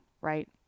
right